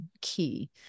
key